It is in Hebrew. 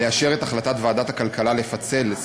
לאשר את החלטת ועדת הכלכלה לפצל את